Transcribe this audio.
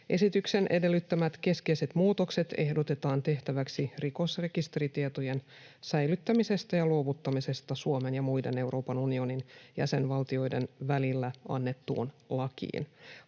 Esityksen edellyttämät keskeiset muutokset ehdotetaan tehtäväksi rikosrekisteritietojen säilyttämisestä ja luovuttamisesta Suomen ja muiden Euroopan unionin jäsenvaltioiden välillä annettuun lakiin.